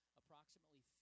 approximately